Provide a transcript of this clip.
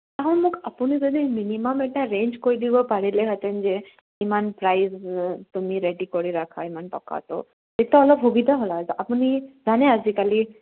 মোক আপুনি যদি মিনিমাম এটা ৰেঞ্জ কৈ দিব পাৰিলেহেঁতেন যে ইমান প্ৰাইজ তুমি ৰেডি কৰি ৰাখা ইমান টকাটো তেতিয়া অলপ সুবিধা হ'ল হয় আপুনি জানে আজিকালি